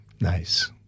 Nice